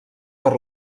per